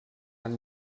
han